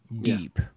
deep